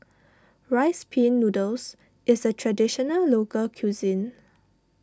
Rice Pin Noodles is a Traditional Local Cuisine